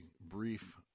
brief